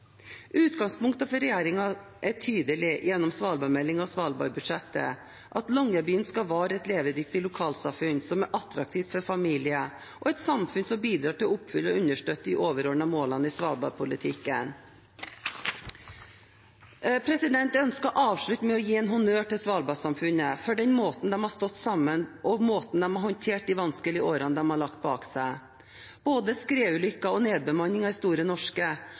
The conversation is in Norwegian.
Utgangspunktet for regjeringen er tydelig gjennom svalbardmeldingen og svalbardbudsjettet: at Longyearbyen skal være et levedyktig lokalsamfunn, som er attraktivt for familier, og et samfunn som bidrar til å oppfylle og understøtte de overordnede målene i svalbardpolitikken. Jeg ønsker å avslutte med å gi en honnør til svalbardsamfunnet for den måten de har stått sammen på, og måten de har håndtert de vanskelige årene de har lagt bak seg, på. Både skredulykken og nedbemanningen i Store Norske